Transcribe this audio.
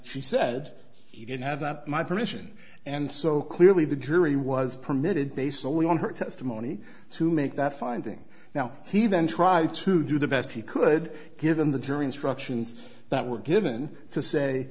she said he didn't have my permission and so clearly the jury was permitted based solely on her testimony to make that finding now he then tried to do the best he could given the jury instructions that were given to say